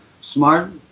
Smart